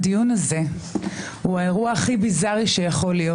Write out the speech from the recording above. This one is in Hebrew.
הדיון הזה הוא האירוע הכי ביזרי שיכול להיות.